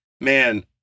man